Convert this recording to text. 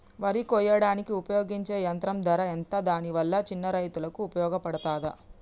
వరి కొయ్యడానికి ఉపయోగించే యంత్రం ధర ఎంత దాని వల్ల చిన్న రైతులకు ఉపయోగపడుతదా?